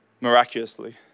miraculously